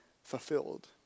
fulfilled